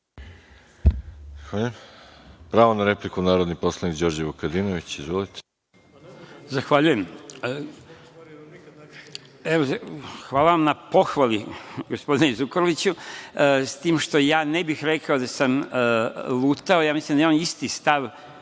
Zahvaljujem. Pravo na repliku, narodni poslanik Đorđe Vukadinović. Izvolite.